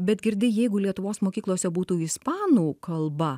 bet girdi jeigu lietuvos mokyklose būtų ispanų kalba